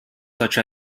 such